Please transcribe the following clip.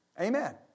Amen